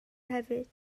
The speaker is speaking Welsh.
hefyd